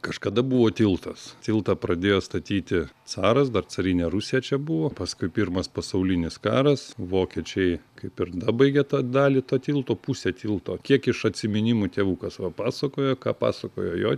kažkada buvo tiltas tiltą pradėjo statyti caras dar carinė rusija čia buvo paskui pirmas pasaulinis karas vokiečiai kaip ir dabaigį tą dalį to tilto pusę tilto kiek iš atsiminimų tėvukas va pasakoja ką pasakojo jo